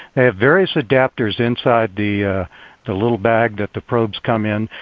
have various adaptors inside the the little bag that the probes come in.